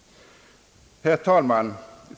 Herr talman!